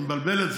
היא מבלבלת,